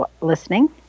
listening